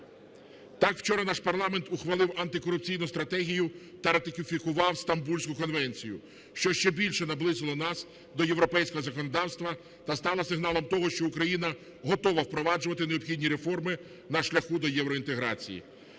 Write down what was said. Так, вчора наш парламент ухвалив антикорупційну стратегію та ратифікував Стамбульську конвенцію, що ще більше наблизило нас до європейського законодавства та стало сигналом того, що Україна готова впроваджувати необхідні реформи на шляху до євроінтеграції.